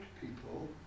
people